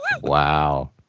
Wow